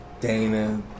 Dana